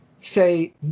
say